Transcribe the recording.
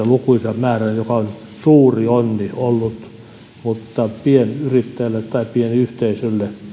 lukuisan määrän mikä on ollut suuri onni mutta pienyrittäjälle tai pienyhteisölle